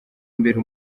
imbere